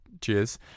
Cheers